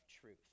truth